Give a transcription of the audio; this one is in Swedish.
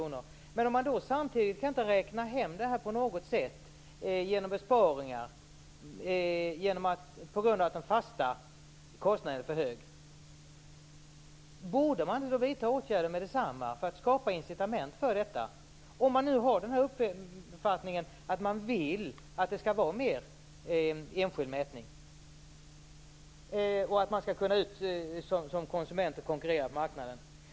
Men om konsumenten inte samtidigt kan räkna hem den kostnaden genom besparingar, på grund av att den fasta kostnaden är för hög, borde man då inte vidta åtgärder med detsamma för att skapa incitament för detta - om man nu vill ha mer enskild mätning och att konsumenterna skall ut och konkurrera på marknaden?